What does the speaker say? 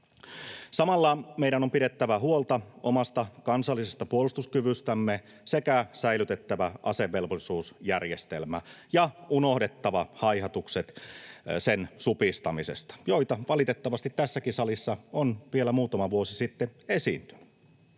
Samalla meidän on pidettävä huolta omasta kansallisesta puolustuskyvystämme sekä säilytettävä asevelvollisuusjärjestelmä ja unohdettava haihatukset sen supistamisesta, joita valitettavasti tässäkin salissa on vielä muutama vuosi sitten esiintynyt.